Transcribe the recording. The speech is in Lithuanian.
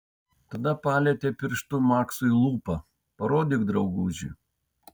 tada palietė pirštu maksui lūpą parodyk drauguži